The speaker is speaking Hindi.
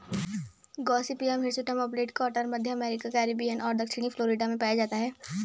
गॉसिपियम हिर्सुटम अपलैंड कॉटन, मध्य अमेरिका, कैरिबियन और दक्षिणी फ्लोरिडा में पाया जाता है